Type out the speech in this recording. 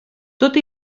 tot